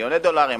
מיליוני דולרים,